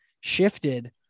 shifted